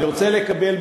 אני רוצה לקבל,